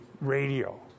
Radio